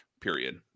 period